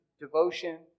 devotion